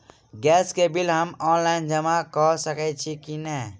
Gas केँ bill हम online जमा कऽ सकैत छी की नै?